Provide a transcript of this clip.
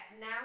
now